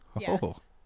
yes